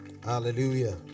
Hallelujah